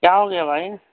کیا ہو گیا بھائی